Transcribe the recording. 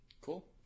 Cool